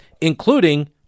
including